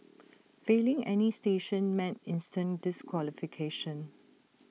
failing any station meant instant disqualification